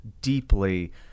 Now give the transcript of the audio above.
deeply